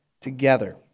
together